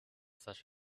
such